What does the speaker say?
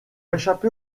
échapper